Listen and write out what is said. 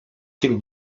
tym